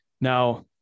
Now